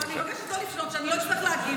אבל אני מבקשת לא לפנות כדי שאני לא אצטרך להגיב.